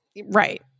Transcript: Right